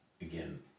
again